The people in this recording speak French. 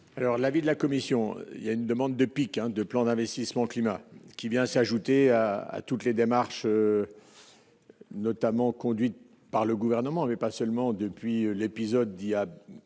Alors l'avis de la commission, il y a une demande de Pékin de plan d'investissement climat qui vient s'ajouter à à toutes les démarches notamment conduite par le gouvernement avait pas seulement depuis l'épisode il y a